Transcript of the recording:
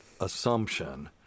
assumption